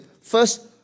First